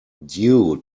due